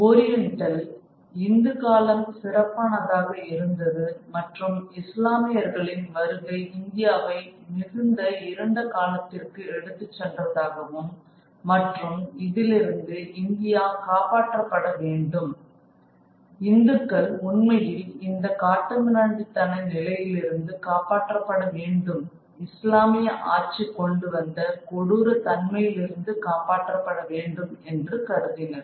orientalist Hindu காலம் சிறப்பானதாக இருந்தது மற்றும் இஸ்லாமியர்களின் வருகை இந்தியாவை மிகுந்த இருண்ட காலத்திற்கு எடுத்துச் சென்றதாகவும் மற்றும் இதிலிருந்து இந்தியா காப்பாற்றப்பட வேண்டும் இந்துக்கள் உண்மையில் இந்த காட்டுமிராண்டித்தன நிலையிலிருந்து காப்பாற்றப்பட வேண்டும் இஸ்லாமிய ஆட்சி கொண்டுவந்த கொடூர தன்மையிலிருந்து காப்பாற்றப்பட வேண்டும் என்றும் கருதினர்